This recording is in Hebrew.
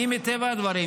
מטבע הדברים,